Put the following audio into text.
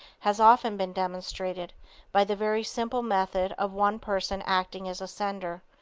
has often been demonstrated by the very simple method of one person acting as a sender,